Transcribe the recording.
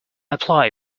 apply